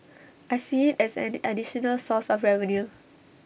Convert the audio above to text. I see as an additional source of revenue